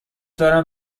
دارم